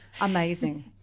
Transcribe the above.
Amazing